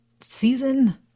season